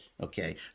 Okay